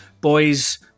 Boys